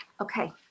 okay